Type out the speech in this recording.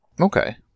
Okay